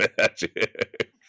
Magic